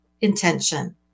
intention